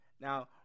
now